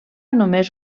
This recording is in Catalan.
només